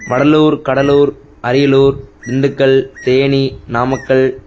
Vadalur Cuddalore Ariyalur Dindigul Theni Namakkal